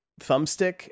thumbstick